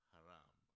Haram